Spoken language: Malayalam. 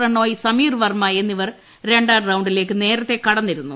പ്രണോയ് സമീർ വർമ്മ എന്നിവർ രണ്ടാം റൌണ്ടിലേക്ക് നേരത്തെ കടന്നിരുന്നു